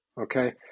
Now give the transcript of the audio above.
okay